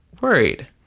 worried